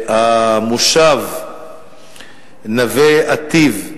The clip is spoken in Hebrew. המושב נווה-אטי"ב,